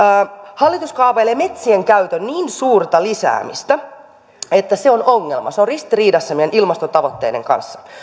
hallitus kaavailee metsien käytön niin suurta lisäämistä että se on ongelma se on ristiriidassa meidän ilmastotavoitteiden kanssa